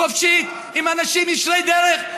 חופשית עם אנשים ישרי דרך,